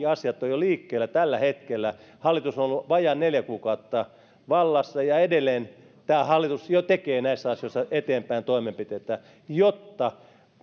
asiat ovat jo liikkeellä tällä hetkellä hallitus on ollut vajaan neljä kuukautta vallassa ja edelleen tämä hallitus jo tekee näissä asioissa eteenpäin toimenpiteitä jotta